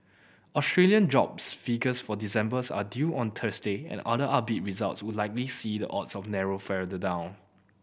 Australian jobs figures for December are due on Thursday and another upbeat results would likely see the odds of narrow further down